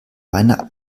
meiner